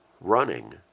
running